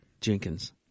Jenkins